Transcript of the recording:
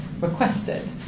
requested